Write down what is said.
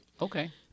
Okay